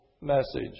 message